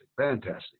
fantastic